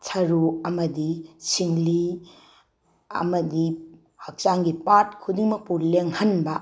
ꯁꯔꯨ ꯑꯃꯗꯤ ꯁꯤꯡꯂꯤ ꯑꯃꯗꯤ ꯍꯛꯆꯥꯡꯒꯤ ꯄꯥꯔꯠ ꯈꯨꯗꯤꯡꯃꯛꯄꯨ ꯂꯦꯡꯍꯟꯕ